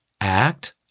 act